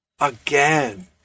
again